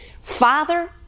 Father